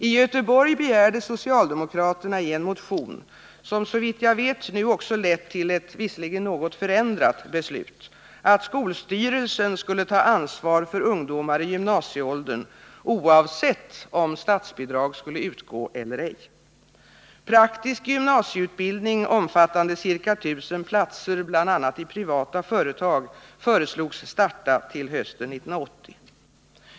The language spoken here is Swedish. I Göteborg begärde socialdemokraterna i en motion — som såvitt jag vet nu också lett till ett beslut, visserligen något förändrat — att skolstyrelsen skulle ta ansvar för ungdomar i gymnasieåldern, oavsett om statsbidrag skulle utgå eller ej. Praktisk gymnasieutbildning, omfattande ca 19000 platser, bl.a. i privata företag, föreslogs starta till hösten 1980.